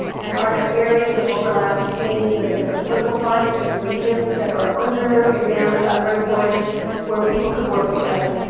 and are there areas of overlap between the different political parties, different regions that are under-examined, under-exploited where people could work together?